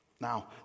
Now